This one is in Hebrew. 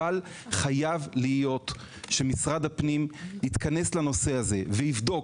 אבל חייב משרד הפנים להתכנס לנושא הזה ולבדוק